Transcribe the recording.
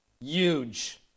Huge